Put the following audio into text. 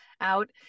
out